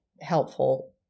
helpful